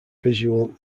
visual